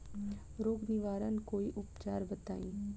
रोग निवारन कोई उपचार बताई?